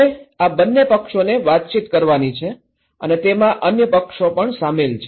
હવે આ બંને પક્ષોએ વાતચીત કરવાની છે અને તેમાં અન્ય પક્ષો પણ શામેલ છે